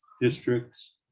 districts